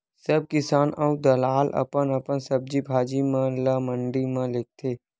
सब किसान अऊ दलाल अपन अपन सब्जी भाजी म ल मंडी म लेगथे